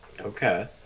Okay